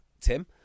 Tim